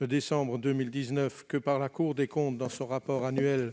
de décembre 2019 que par la Cour des comptes dans son rapport annuel